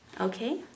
okay